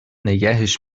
نگهش